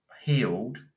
healed